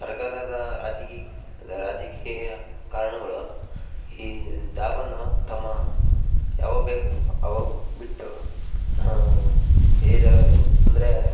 ಸರಕಾರದ ರಾಜಕೀ ರಾಜಕೀಯ ಕಾರಣಗಳು ಈ ಜಾಬನ್ನು ತಮ್ಮ ಯಾವಾಗಬೇಕು ಅವಾಗ ಬಿಟ್ಟು ಏಜ್ ಅಂದರೆ